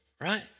Right